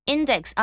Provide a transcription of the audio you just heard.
Index